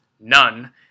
None